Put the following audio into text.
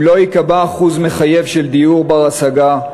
אם לא ייקבע אחוז מחייב של דיור בר-השגה,